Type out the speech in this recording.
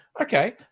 okay